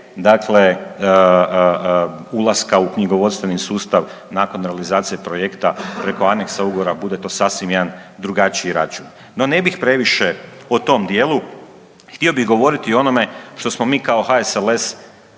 dakle ulaska u knjigovodstveni sustav, nakon realizacije projekta preko aneksa ugovora, bude to sasvim jedan drugačiji račun. No ne bih previše o tom djelu, htio bih govoriti o onome što smo kao HSLS